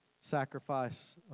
sacrifice